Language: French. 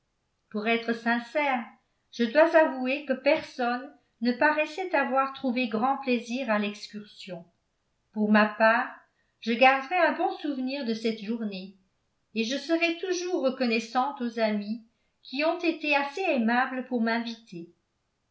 pour être sincère je dois avouer que personne ne paraissait avoir trouvé grand plaisir à l'excursion pour ma part je garderai un bon souvenir de cette journée et je serai toujours reconnaissante aux amis qui ont été assez aimables pour m'inviter